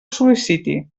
sol·liciti